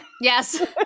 yes